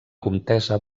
comtessa